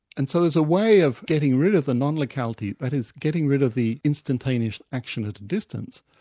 and so as a way of getting rid of the non-locality, that is, getting rid of the instantaneous action at a distance,